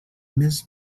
més